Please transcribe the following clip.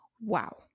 Wow